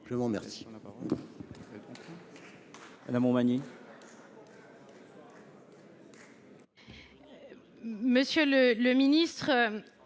je vous remercie